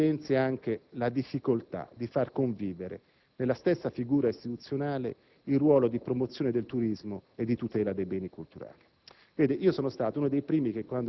questa vicenda secondo me evidenzia anche la difficoltà di far convivere nella stessa figura istituzionale il ruolo di promozione del turismo e di tutela dei beni culturali.